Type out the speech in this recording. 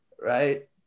Right